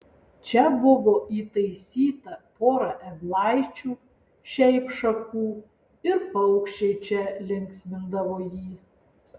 čia buvo įtaisyta pora eglaičių šiaip šakų ir paukščiai čia linksmindavo jį